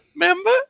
Remember